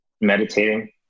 meditating